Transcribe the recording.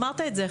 אמרת את זה,